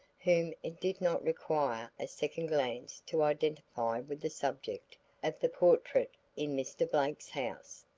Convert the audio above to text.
whom it did not require a second glance to identify with the subject of the portrait in mr. blake's house.